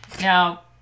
Now